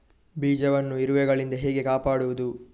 ಬೀಜವನ್ನು ಇರುವೆಗಳಿಂದ ಹೇಗೆ ಕಾಪಾಡುವುದು?